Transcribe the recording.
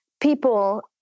people